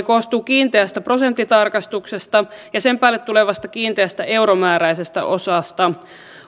koostuu kiinteästä prosenttitarkistuksesta ja sen päälle tulevasta kiinteästä euromääräisestä osasta